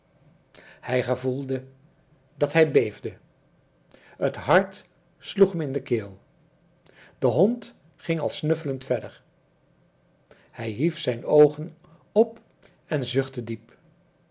hij gevoelde dat hij beefde het hart sloeg hem in de keel de hond ging al snuffelend verder hij hief zijn oogen op en zuchtte diep